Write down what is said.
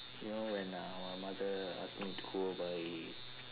you know when uh my mother ask me to go buy